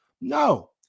No